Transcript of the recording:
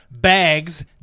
bags